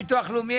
ביטוח לאומי,